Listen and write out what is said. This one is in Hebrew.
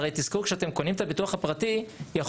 הרי תזכרו כשאתם קונים את הביטוח הפרטי יכול